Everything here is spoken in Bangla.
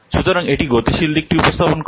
সুতরাং এটি গতিশীল দিকটি উপস্থাপন করে